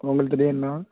உங்களுக்கு தெரியுண்ணா